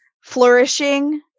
flourishing